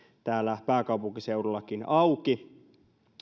täällä pääkaupunkiseudullakin auki